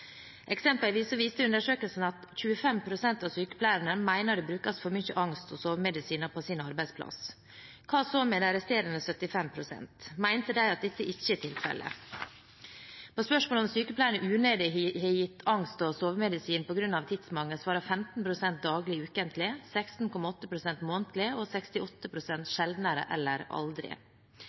viste undersøkelsen at 25 pst. av sykepleierne mener at det blir brukt for mye angst- og sovemedisiner på arbeidsplassen deres. Hva så med de resterende 75 pst., mener de at dette ikke er tilfellet? På spørsmål om sykepleierne unødig har gitt angst- og sovemedisin på grunn av tidsmangel, svarer 15 pst. «ja, daglig» eller «ja, ukentlig»,